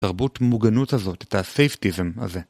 תרבות מוגנות הזאת, את הסייפטיזם הזה.